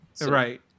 right